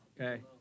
Okay